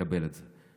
לקבל את זה.